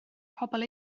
pobl